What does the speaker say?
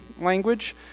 language